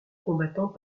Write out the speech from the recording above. combattants